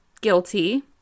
guilty